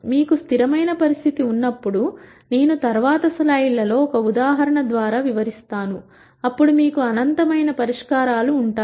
మీకు స్థిరమైన పరిస్థితి ఉన్నప్పుడు నేను తరువాత స్లైడ్లలో ఒక ఉదాహరణ ద్వారా వివరిస్తాను అప్పుడు మీకు అనంతమైన పరిష్కారాలు ఉంటాయి